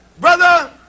Brother